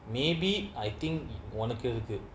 maybe I think one to you good